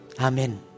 Amen